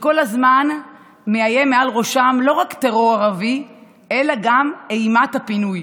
כשכל הזמן מאיימים מעל ראשם לא רק טרור ערבי אלא גם אימת הפינוי?